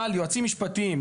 אבל יועצים משפטיים,